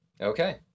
Okay